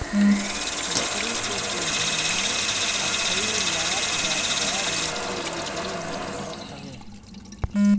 बकरी के देहि में अठइ लाग जात बा जेसे इ देहि ना धरत हवे